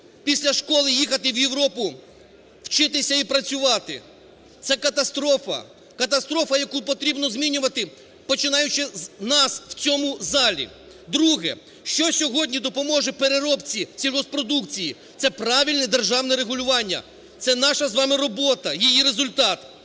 після школи їхати в Європу вчитися і працювати. Це катастрофа, катастрофа, яку потрібно змінювати, починаючи з нас у цьому залі. Друге. Що сьогодні допоможе переробці сільгосппродукції? Це правильне державне регулювання, це наша з вами робота, її результат.